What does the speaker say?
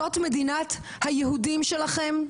זאת מדינת היהודים שלכם?